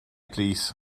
plîs